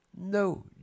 No